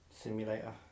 simulator